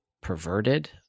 perverted